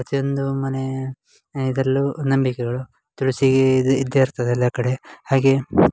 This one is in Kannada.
ಪ್ರತಿಯೊಂದು ಮನೆ ಇದರಲ್ಲೂ ನಂಬಿಕೆಗಳು ತುಳಸಿ ಇದು ಇದ್ದೇ ಇರ್ತದೆ ಅಲ್ಲಿ ಆ ಕಡೆ ಹಾಗೆ